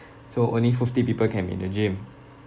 so only fifty people can be in the gym